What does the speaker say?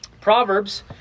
Proverbs